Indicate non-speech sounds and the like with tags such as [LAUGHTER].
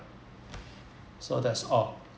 [NOISE] so that's all